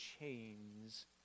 chains